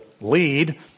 lead